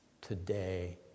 today